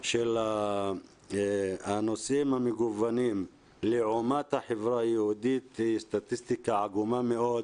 של הנושאים המגוונים לעומת החברה היהודית היא סטטיסטיקה עגומה מאוד,